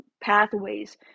pathways